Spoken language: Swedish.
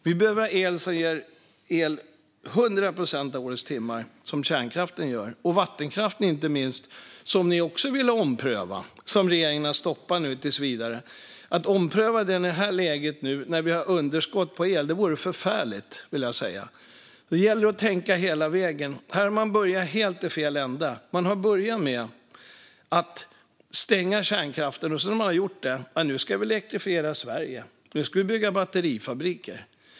Vi behöver ha el 100 procent av årets timmar, som kärnkraften ger - och vattenkraften, inte minst, som ni också vill ompröva. Det har regeringen stoppat tills vidare. Att ompröva vattenkraften i det här läget, när vi har underskott på el, vore förfärligt. Det gäller att tänka hela vägen. Här har man börjat i helt fel ände. Man har börjat med att stänga kärnkraften. Nu när man gjort det ska man elektrifiera Sverige. Nu ska man bygga batterifabriker.